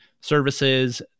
services